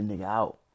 out